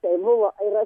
tai buvo ir aš aš nežinau